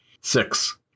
Six